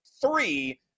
three